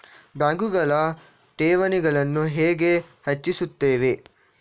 ಬ್ಯಾಂಕುಗಳು ಠೇವಣಿಗಳನ್ನು ಹೇಗೆ ಹೆಚ್ಚಿಸುತ್ತವೆ?